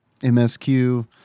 MSQ